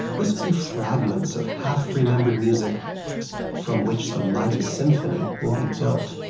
wispy fragments of half-remembered music from which the mighty symphony will be built.